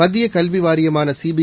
மத்திய கல்வி வாரியமான சிபி